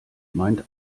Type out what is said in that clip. meint